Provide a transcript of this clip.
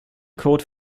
code